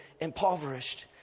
impoverished